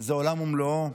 זה עולם ומלואו,